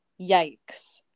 Yikes